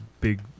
big